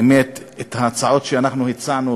באמת על ההצעות שאנחנו הצענו,